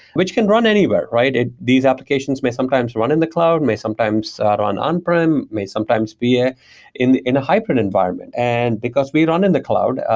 which can run anywhere. ah these applications may sometimes run in the cloud, may sometimes run on-prem, may sometimes be ah in in a hybrid environment. and because we run in the cloud,